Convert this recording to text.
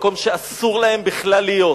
במקום שאסור להם בכלל להיות,